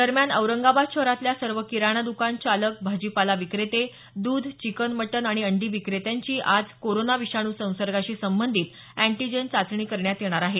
दरम्यान शहरातल्या सर्व किराणा द्कान चालक भाजीपाला विक्रेते द्ध चिकन मटन आणि अंडी विक्रेत्यांची आज कोरोना विषाणू संसर्गाशी सबंधित अँटीजन चाचणी करण्यात येणार आहे